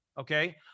Okay